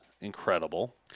incredible